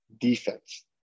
defense